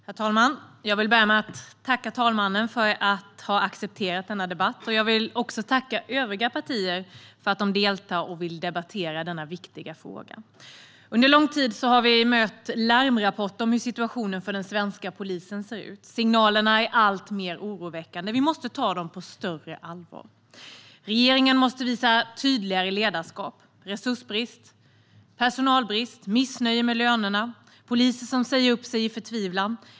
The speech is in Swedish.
Herr talman! Jag vill börja med att tacka herr talmannen för att han har accepterat denna debatt. Jag vill också tacka övriga partier för att de deltar och vill debattera denna viktiga fråga. Under lång tid har vi mött larmrapporter om hur situationen för den svenska polisen ser ut. Signalerna är alltmer oroväckande. Vi måste ta dem på större allvar. Regeringen måste visa tydligare ledarskap. Vi ser resursbrist, personalbrist, missnöje med lönerna och poliser som säger upp sig i förtvivlan.